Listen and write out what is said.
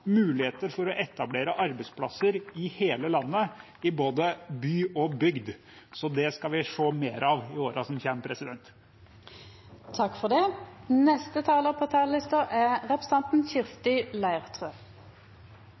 muligheter for å etablere arbeidsplasser i hele landet, i både by og bygd. Så det skal vi se mer av i årene som kommer. Det var da Høyres representanter var her oppe og skrøt av sin satsing på